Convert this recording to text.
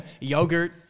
yogurt